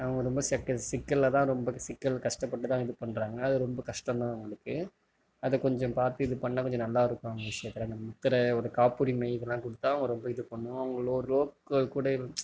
அவங்க ரொம்ப சிக்கலில்தான் ரொம்ப சிக்கல் கஷ்டப்பட்டு தான் இது பண்றாங்க அது ரொம்ப கஷ்டந்தான் அவங்களுக்கு அதை கொஞ்சம் பார்த்து இது பண்ணால் கொஞ்சம் நல்லாயிருக்கும் அவங்க விஷயத்தில் முத்திரை ஒரு காப்புரிமை இதலாம் கொடுத்தா அவங்க ரொம்ப இது பண்ணும் அவங்கள ஒரு லோக்கல் கூட